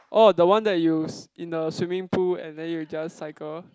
orh the one that use in the swimming pool and then you just cycle